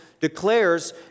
declares